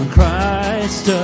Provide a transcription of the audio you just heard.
Christ